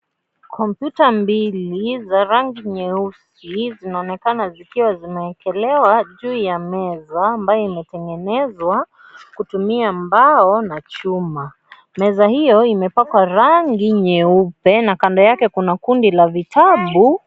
Kompyuta mbili za rangi nyeusi zinaonekana zikiwa zimeekelewa juu ya meza ambayo imetengenzwa kutumia mbao na chuma . Meza hiyo imepakwa rangi nyeupe na kando yake kuna kundi la vitabu.